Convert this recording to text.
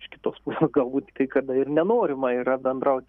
iš kitos pusės galbūt kai kada ir nenorima yra bendrauti